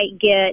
get